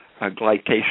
glycation